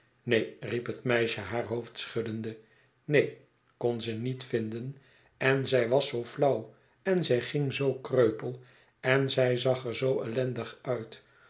neen riep het meisje haar hoofd schuddende neen kon ze niet vinden en zij was zoo flauw en zij ging zoo kreupel en zij zag er zoo ellendig uit